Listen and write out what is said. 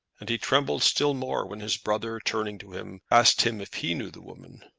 and he trembled still more when his brother, turning to him, asked him if he knew the woman.